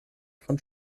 von